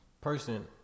person